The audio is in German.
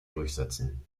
durchsetzen